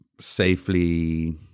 safely